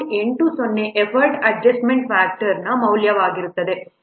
80 effort adjustment ಫ್ಯಾಕ್ಟರ್ನ ಮೌಲ್ಯವಾಗಿರುತ್ತದೆ